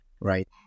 right